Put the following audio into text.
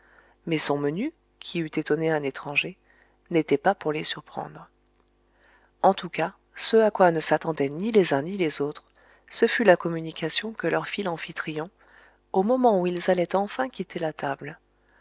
mais son menu qui eût étonné un étranger n'était pas pour les surprendre en tout cas ce à quoi ne s'attendaient ni les uns ni les autres ce fut la communication que leur fit l'amphitryon au moment où ils allaient enfin quitter la table